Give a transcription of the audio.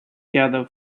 gather